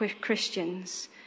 Christians